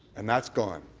and that's gone.